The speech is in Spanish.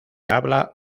habla